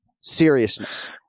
seriousness